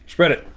spread it.